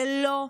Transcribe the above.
ולא,